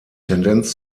tendenz